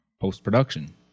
post-production